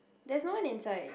there's no one inside